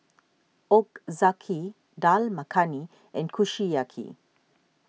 Ochazuke Dal Makhani and Kushiyaki